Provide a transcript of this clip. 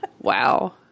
Wow